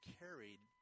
carried